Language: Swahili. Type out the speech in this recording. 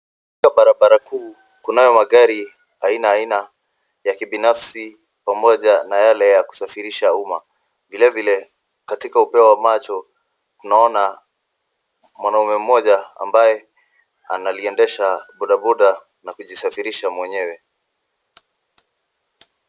Katika barabara kuu kunayo magari aina aina ya kibinafsi pamoja na yale ya kusafirisha umma. Vile vile katika upeo wa macho tunaona mwanaume mmoja ambaye analiendesha bodaboda na kujisafirisha mwenyewe,